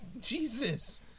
Jesus